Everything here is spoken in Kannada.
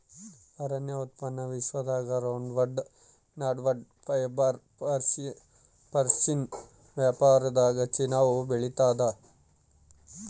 ಅರಣ್ಯ ಉತ್ಪನ್ನ ವಿಶ್ವದಾಗ ರೌಂಡ್ವುಡ್ ಸಾನ್ವುಡ್ ಫೈಬರ್ ಫರ್ನಿಶ್ ವ್ಯಾಪಾರದಾಗಚೀನಾವು ಬೆಳಿತಾದ